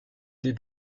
des